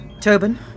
Tobin